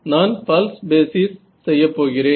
நான் pulse basis செய்யப்போகிறேன்